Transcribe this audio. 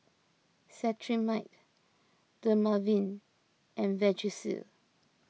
Cetrimide Dermaveen and Vagisil